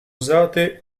usate